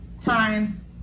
time